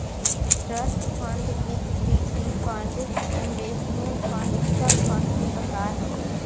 trust fund equity fund investment fund इ सब fund क प्रकार हउवन